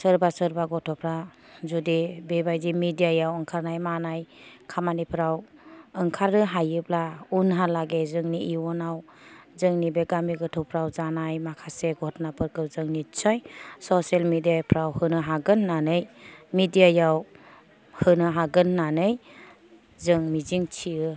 सोरबा सोरबा गथ'फ्रा जुदि बेबादि मेडियायाव ओंखारनाय मानाय खामानिफ्राव ओंखारनो हायोब्ला उनहालागै जोंनि इयुनाव जोंनि बे गामि गोथौफ्राव जानाय माखासे घथनाफोरखौ जों निस्सय ससियेल मेडियाफ्राव होनो हागोन होननानै मेडियायाव होनो हागोन होननानै जों मिजिंथियो